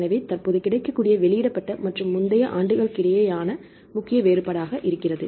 எனவே தற்போது கிடைக்கக்கூடிய வெளியிடப்பட்ட மற்றும் முந்தைய ஆண்டுகளுக்கிடையேயான முக்கிய வேறுபாடாக இருக்கிறது